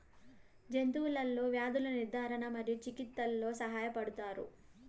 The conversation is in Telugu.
జంతువులలో వ్యాధుల నిర్ధారణ మరియు చికిత్చలో సహాయపడుతారు